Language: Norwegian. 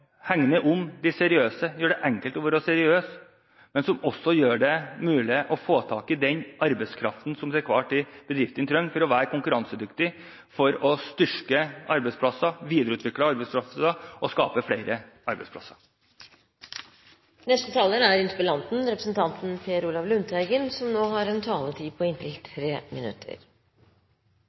om de seriøse og gjør det enkelt å være seriøs, men som også gjør det mulig å få tak i den arbeidskraften som bedriftene til enhver tid trenger for å være konkurransedyktig, for å styrke arbeidsplassene, for å videreutvikle arbeidskraften og for å skape flere arbeidsplasser. Jeg vil takke for svaret. Og jeg vil takke for det som